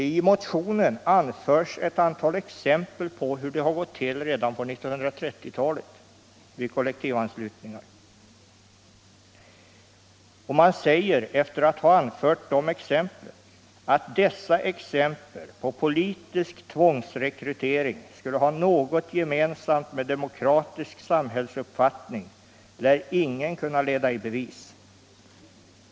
I motionen anförs ett antal exempel på hur det har gått till redan på 1930-talet vid kollektivanslutning. Efter att ha anfört dessa exempel säger man: ”Att dessa exempel på politisk tvångsrekrytering skulle ha något gemensamt med demokratisk samhällsuppfattning lärer ingen kunna leda i bevis.